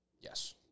Yes